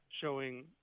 showing